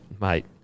mate